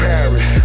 Paris